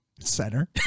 Center